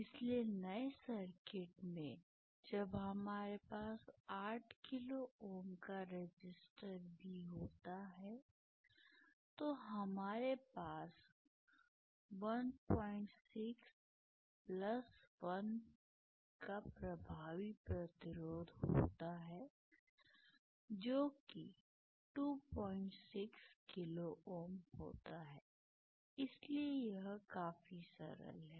इसलिए नए सर्किट में जब हमारे पास 8 किलो Ω का रेसिस्टर भी होता है तो हमारे पास 161 का प्रभावी प्रतिरोध होता है जो कि 26 किलो Ω होता है इसलिए यह काफी सरल है